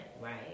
right